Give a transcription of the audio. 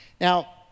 Now